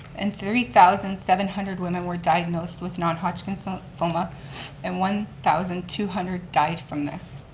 and three thousand seven hundred women were diagnosed with non-hodgkin's ah lymphoma and one thousand two hundred died from this.